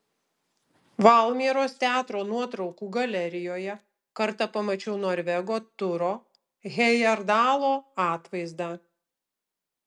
valmieros teatro nuotraukų galerijoje kartą pamačiau norvego turo hejerdalo atvaizdą